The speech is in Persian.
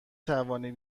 توانی